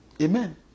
Amen